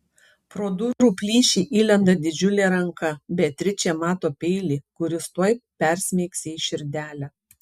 pro durų plyšį įlenda didžiulė ranka beatričė mato peilį kuris tuoj persmeigs jai širdelę